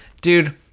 Dude